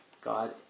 God